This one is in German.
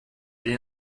den